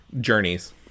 Journeys